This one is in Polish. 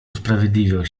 usprawiedliwiał